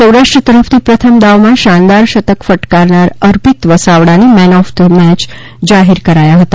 સૌરાષ્ટ્ર તરફથી પ્રથમ દાવમાં શાનદાર શતક ફટકારનાર અર્પિત વસાવડાને મેન ઓફ થઈ મેચ જાહેર કરાયા હતા